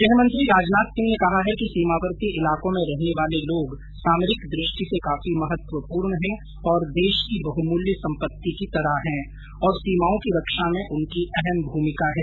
गृहमंत्री राजनाथ सिंह ने कहा है कि सीमावर्ती इलाकों में रहने वाले लोग सामरिक दृष्टि से काफी महत्व पूर्ण हैं और देश की बहुमूल्य सम्पत्ति की तरह हैं और सीमाओं की रक्षा में उनकी अहम भूमिका है